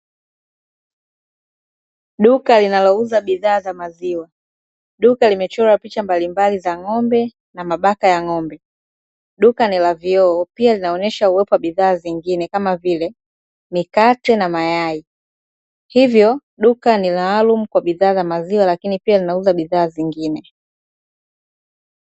Duka linalouza bidhaa za maziwa. Duka limechorwa picha mbalimbali za ng'ombe na mabaka ya ng'ombe. Duka ni la vioo, pia linaonesha uwepo wa bidhaa zingine, kama vile; mikate na mayai. Hivyo duka ni maalumu kwa bidhaa za maziwa lakini pia linauza bidhaa zingine.